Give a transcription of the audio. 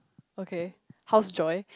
okay how's Joy